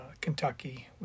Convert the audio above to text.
Kentucky